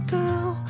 girl